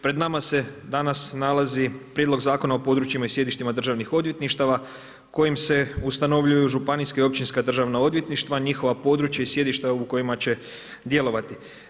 Pred nama se danas nalazi Prijedlog zakona o područjima i sjedištima državnih odvjetništava kojim se ustanovljuju županijska i općinska državna odvjetništva, njihova područja i sjedišta u kojima će djelovati.